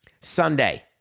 Sunday